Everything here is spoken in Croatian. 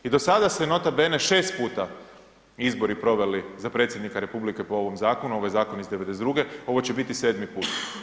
I do sada se nota bene 6 puta izbori proveli za predsjednika Republike po ovom zakonu, ovo je zakon iz '92. ovo će biti 7. put.